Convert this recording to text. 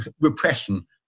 repression